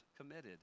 committed